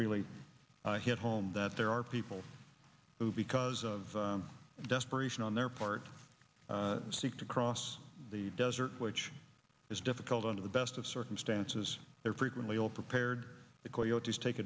really hit home that there are people who because of desperation on their part seek to cross the desert which is difficult under the best of circumstances they're frequently all prepared t